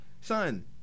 son